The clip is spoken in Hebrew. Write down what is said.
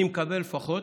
אני לפחות